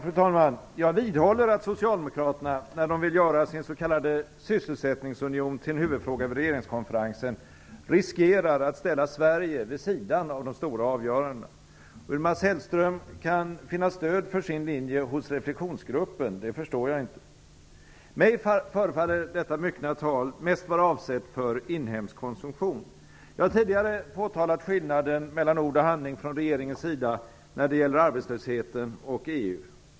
Fru talman! Jag vidhåller att Socialdemokraterna, när de vill göra sin s.k. sysselsättningsunion till en huvudfråga för regeringskonferensen, riskerar att ställa Sverige vid sidan av de stora avgörandena. Hur Mats Hellström kan finna stöd för sin linje hos Reflexionsgruppen förstår jag inte. Mig förefaller detta myckna tal mest vara avsett för inhemsk konsumtion. Jag har tidigare påtalat skillnaden mellan ord och handling från regeringens sida när det gäller arbetslösheten och EU.